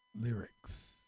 lyrics